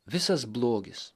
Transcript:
visas blogis